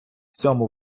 цьому